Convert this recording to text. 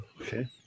Okay